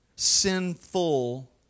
sinful